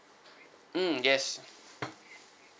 mm yes